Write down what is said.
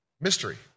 mystery